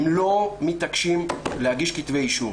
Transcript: הם לא מתעקשים להגיש כתבי אישום.